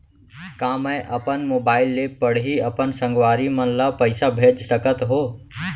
का मैं अपन मोबाइल से पड़ही अपन संगवारी मन ल पइसा भेज सकत हो?